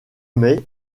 mai